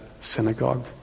synagogue